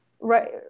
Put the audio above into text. right